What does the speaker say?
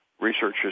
Researchers